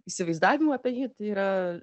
įsivaizdavimų apie jį tai yra